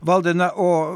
valdai na o